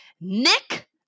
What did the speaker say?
Nick